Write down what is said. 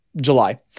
July